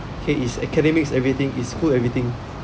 !hey! is academics everything is school everything